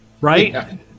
right